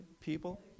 people